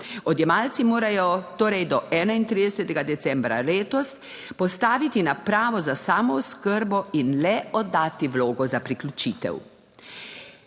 Odjemalci morajo torej do 31. decembra letos postaviti napravo za samooskrbo in le oddati vlogo za priključitev.